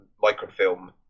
Microfilm